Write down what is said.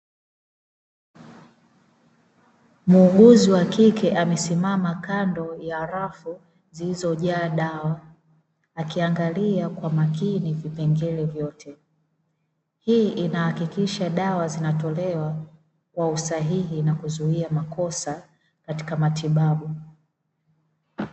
Muuguzi wakike amesimama kando ya rafu zilizojaa dawa, akiangalia kwa makini vipengele vyote. Hii inahakikisha dawa zinatolewa kwa usahihi na kuzuia makosa katika matibabu.